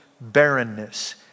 barrenness